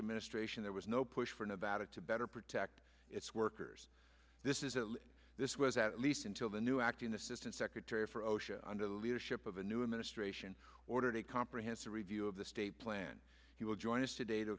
administration there was no push for nevada to better protect its workers this is a this was at least until the new acting assistant secretary for osha under the leadership of a new administration ordered a comprehensive review of the state plan he will join us today to